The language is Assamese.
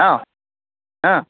অ' অ'